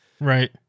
Right